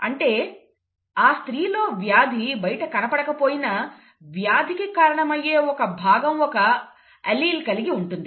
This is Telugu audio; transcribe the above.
అంటే ఆ స్త్రీ లో వ్యాధి బయటకు కనపడకపోయినా వ్యాధికి కారణమయ్యే ఒక భాగం ఒక అల్లీల్ కలిగి ఉంటుంది